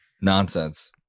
nonsense